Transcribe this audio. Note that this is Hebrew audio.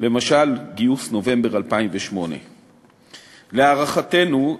למשל גיוס נובמבר 2008. להערכתנו,